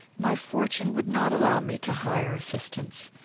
my fortune would not allow me to hire assistance.